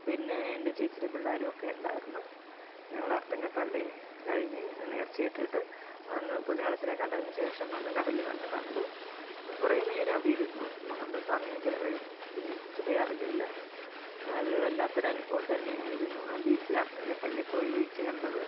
പിന്നേ എൻ്റെ ചേച്ചിയുടെ പിള്ളേരുമൊക്കെ ഉണ്ടായിരുന്നു ഞങ്ങൾ അർത്തുങ്കൽപ്പള്ളി കഴിഞ്ഞ് നേർച്ചയിട്ടിട്ട് അന്ന് പുണ്യാളച്ചനെ കണ്ടതിന് ശേഷം വന്ന് കടൽ വന്നു കണ്ടു കുറേ നേരം അവിടെയിരുന്നു നമ്മൾ സമയം ചിലവഴിച്ചതേ അറിഞ്ഞില്ല അതൊരു വല്ലാത്ത ഒരു അനുഭവം തന്നെയായിരുന്നു ആ ബീച്ച് അർത്തുങ്കൽ പള്ളിയിൽപ്പോയി ബീച്ച് കണ്ടത്